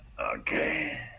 Okay